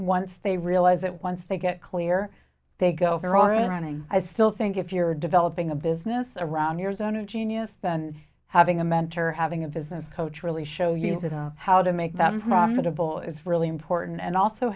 once they realize that once they get clear they go over all the running i still think if you're developing a business around your zone of genius then having a mentor or having a business coach really show you that and how to make that profitable is really important and also